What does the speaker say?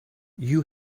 you